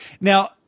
Now